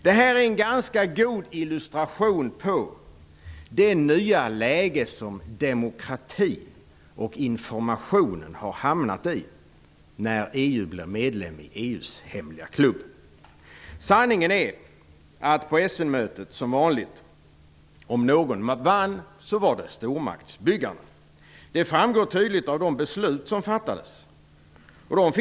Detta är en ganska god illustration av det nya läge som demokratin och informationen har hamnat i när Sanningen är att om någon vid Essenmötet vann så var det som vanligt stormaktsbyggarna. Det framgår tydligt av de beslut som fattades.